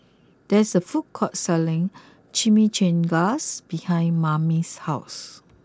there is a food court selling Chimichangas behind Mame's house